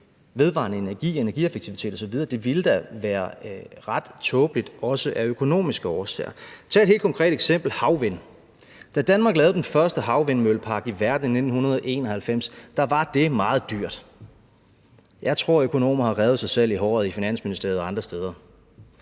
vedvarende energi, energieffektivitet osv., ville da være ret tåbeligt, også af økonomiske årsager. Kl. 12:59 Lad os tage et helt konkret eksempel: havvind. Da Danmark lavede den første havvindmøllepark i verden i 1991, var det meget dyrt. Jeg tror, at økonomer har revet sig selv i håret i Finansministeriet og andre steder.